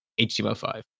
HTML5